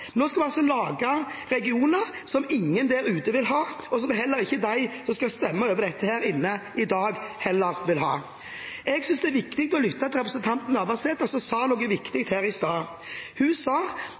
Nå skal en altså lage regioner som ingen der ute vil ha, og som heller ikke de som skal stemme over dette her inne i dag, vil ha. Jeg synes det er viktig å lytte til representanten Navarsete, som sa noe viktig